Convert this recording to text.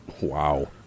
Wow